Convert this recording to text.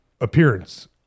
appearance